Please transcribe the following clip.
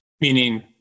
Meaning